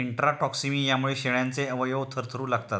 इंट्राटॉक्सिमियामुळे शेळ्यांचे अवयव थरथरू लागतात